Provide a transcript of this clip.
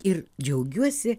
ir džiaugiuosi